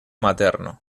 materno